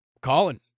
Colin